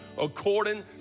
according